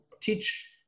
teach